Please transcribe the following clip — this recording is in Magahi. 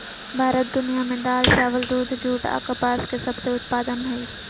भारत दुनिया में दाल, चावल, दूध, जूट आ कपास के सबसे उत्पादन हइ